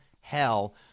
hell